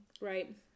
Right